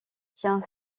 tient